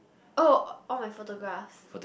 oh all my photographs